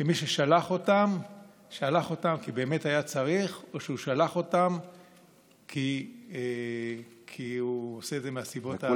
ההסתייגות (41) של קבוצת סיעת יש עתיד-תל"ם אחרי סעיף 1 לא נתקבלה.